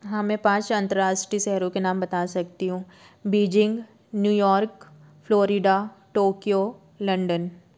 हाँ मैं पाँच अंतर्राष्ट्रीय शहरों के नाम बता सकती हूँ Beijing New York Florida Tokyo London